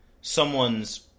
someone's